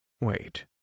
Wait